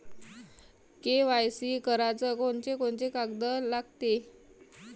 KYC कराच कोनचे कोनचे कागद लागते?